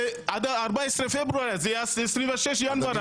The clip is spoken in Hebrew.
עד 14 בפברואר וזה היה 26 בינואר.